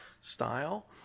style